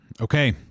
Okay